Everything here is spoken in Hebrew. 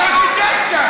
מה חידשת?